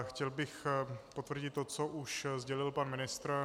Chtěl bych potvrdit to, co už sdělil pan ministr.